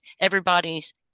everybody's